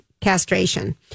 castration